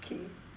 okay